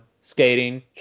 Skating